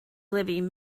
living